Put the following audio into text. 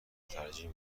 ترجیح